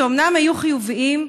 שאומנם היו חיוביים,